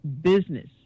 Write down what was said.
business